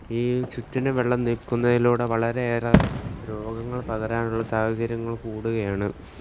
ഈ ചുറ്റിനും വെള്ളം നിൽക്കുന്നതിലൂടെ വളരെയേറെ രോഗങ്ങൾ പകരാനുള്ള സാഹചര്യങ്ങൾ കൂടുകയാണ്